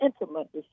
intimate